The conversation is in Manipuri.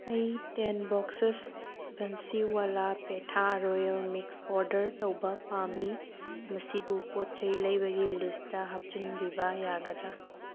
ꯑꯩ ꯇꯦꯟ ꯕꯣꯛꯁꯦꯁ ꯕꯟꯁꯤꯋꯥꯂꯥ ꯄꯦꯊꯥ ꯔꯣꯌꯦꯜ ꯃꯤꯛꯁ ꯑꯣꯔꯗꯔ ꯇꯧꯕ ꯄꯥꯝꯃꯤ ꯃꯁꯤꯕꯨ ꯄꯣꯠ ꯆꯩ ꯂꯩꯕꯒꯤ ꯂꯤꯁꯇ ꯍꯥꯞꯆꯟꯕꯤꯕ ꯌꯥꯒꯗ꯭ꯔꯥ